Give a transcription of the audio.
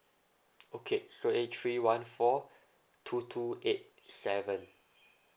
okay so eight three one four two two eight seven